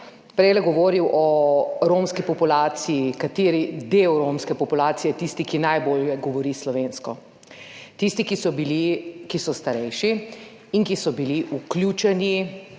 prejle govoril o romski populaciji, kateri del romske populacije je tisti, ki najbolje govori slovensko? Tisti, ki so starejši in ki so bili vključeni